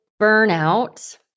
Burnout